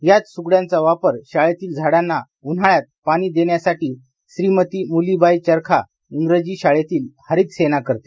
याच सुगड्यांचा वापर शाळेतील झाडांना उन्हाळ्यात पाणी देण्यासाठी श्रीमती मुलीबाई चरखा इंग्रजी शाळेतील हरित सेना करते